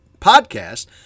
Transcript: podcast